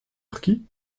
marquis